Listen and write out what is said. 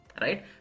right